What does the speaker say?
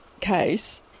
case